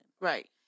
Right